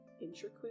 intricate